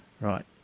Right